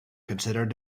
considered